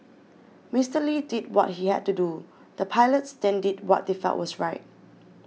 Mister Lee did what he had to do the pilots then did what they felt was right